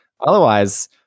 otherwise